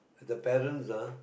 the parents ah